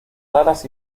raras